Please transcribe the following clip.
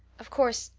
of course,